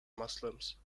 muslims